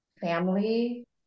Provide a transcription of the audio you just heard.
family